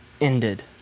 ended